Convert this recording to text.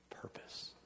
purpose